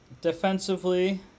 Defensively